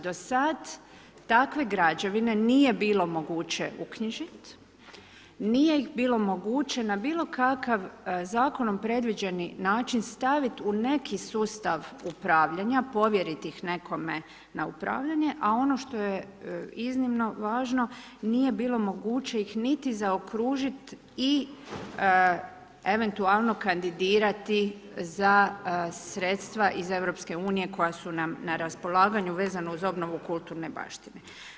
Do sad takve građevine nije bilo moguće uknjižiti, nije ih bilo moguće na bilo kakav zakonom predviđeni način staviti u neki sustav upravljanja, povjeriti ih nekome na upravljanje, a ono što je iznimno važno, nije bilo moguće niti ih zaokružiti i eventualno kandidirati za sredstva iz EU koja su nam na raspolaganju vezano uz obnovu kulturne baštine.